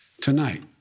Tonight